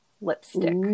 lipstick